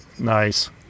Nice